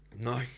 No